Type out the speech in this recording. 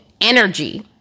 energy